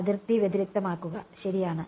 അതിർത്തി വ്യതിരിക്തമാക്കുക ശരിയാണ്